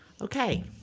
Okay